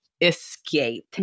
escape